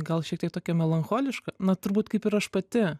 gal šiek tiek tokia melancholiška na turbūt kaip ir aš pati